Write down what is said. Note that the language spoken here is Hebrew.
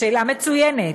שאלה מצוינת,